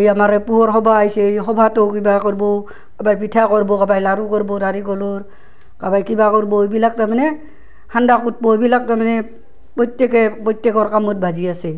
এই আমাৰ পুহৰ সভা আইছে এই সভাতো কিবা কৰবো কাবাই পিঠা কৰবো কাবাই লাড়ু কৰবো নাৰিকলৰ কাবাই কিবা কৰবো এইবিলাক তাৰমানে সান্দাহ কুটবো এইবিলাক তাৰমানে প্ৰত্যেকে প্ৰত্যেকৰ কামত বাজি আছে